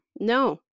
No